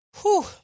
whew